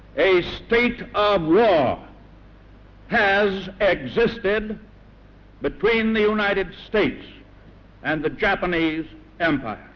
a state of war ah has existed between the united states and the japanese empire